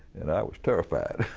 and i was terrified.